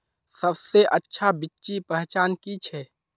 सबसे अच्छा बिच्ची पहचान की छे?